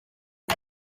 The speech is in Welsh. mae